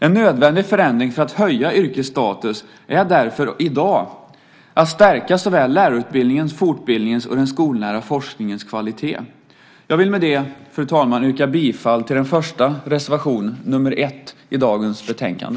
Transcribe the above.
En nödvändig förändring för att höja yrkesstatus är därför i dag att stärka såväl lärarutbildningens som fortbildningens och den skolnära forskningens kvalitet. Jag vill med det, fru talman, yrka bifall till den första reservationen, nr 1, i dagens betänkande.